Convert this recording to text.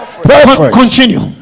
Continue